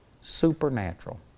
supernatural